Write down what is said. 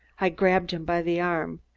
i grabbed him by the arm.